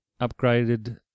upgraded